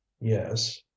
yes